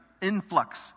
influx